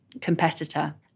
competitor